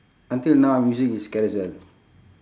until now I'm using is carousell